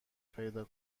پیدا